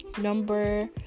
number